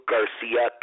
Garcia